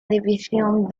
división